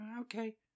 Okay